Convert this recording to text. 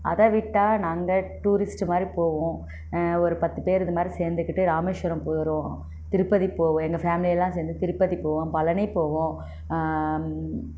அதை விட்டா நாங்கள் டூரிஸ்ட் மாதிரி போவோம் ஒரு பத்து பேர் இது மாதிரி சேர்ந்துக்கிட்டு இராமேஸ்வரம் போகிறோம் திருப்பதி போவோம் எங்கள் ஃபேம்லி எல்லாம் சேர்ந்து திருப்பதி போவோம் பழனி போவோம்